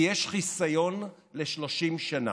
כי יש חיסיון ל-30 שנה.